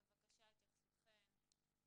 בבקשה, התייחסותכן.